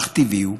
אך טבעי הוא,